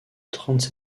trente